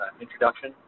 introduction